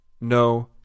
No